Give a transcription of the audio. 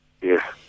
Yes